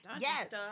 Yes